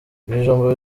ibijumba